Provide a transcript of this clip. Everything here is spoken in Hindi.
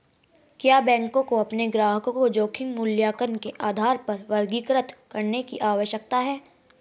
क्या बैंकों को अपने ग्राहकों को जोखिम मूल्यांकन के आधार पर वर्गीकृत करने की आवश्यकता है?